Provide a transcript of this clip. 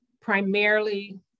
primarily